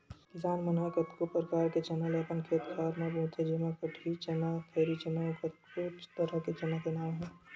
किसान मन ह कतको परकार के चना ल अपन खेत खार म बोथे जेमा कटही चना, खैरी चना अउ कतको तरह के चना के नांव हे